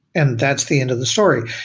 and that's the end of the story.